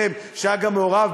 זה בכלל לא מעניין אותך.